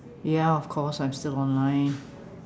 ya of course I'm still online